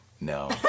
no